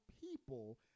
people